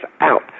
out